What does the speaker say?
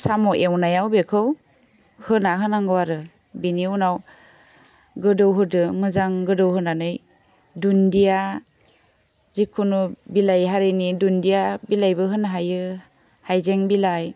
साम' एवनायाव बेखौ होना होनांगौ आरो बेनि उनाव गोदौहोदो मोजां गोदौहोनानै दुन्दिया जिखुनु बिलाइ हारिनि दुन्दिया बिलाइबो होनो हायो हाइजें बिलाइ